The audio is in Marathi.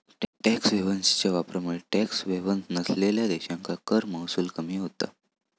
टॅक्स हेव्हन्सच्या वापरामुळे टॅक्स हेव्हन्स नसलेल्यो देशांका कर महसूल कमी होता